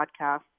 podcast